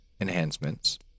enhancements